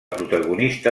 protagonista